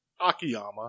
akiyama